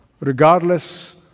Regardless